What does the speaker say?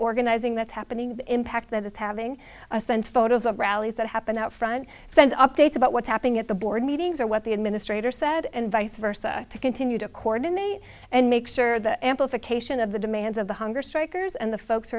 organizing that's happening impact that it's having a sense photos of rallies that happen out front send updates about what's happening at the board meetings or what the administrator said and vice versa to continue to coordinate and make sure the amplification of the demands of the hunger strikers and the folks